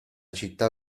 città